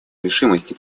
решимости